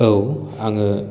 औ आङो